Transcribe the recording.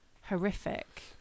horrific